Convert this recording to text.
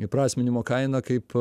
įprasminimo kainą kaip